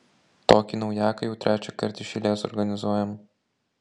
tokį naujaką jau trečiąkart iš eilės organizuojam